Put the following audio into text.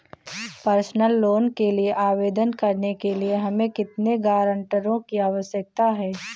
Personal loan के लिए आवेदन करने के लिए हमें कितने गारंटरों की आवश्यकता है?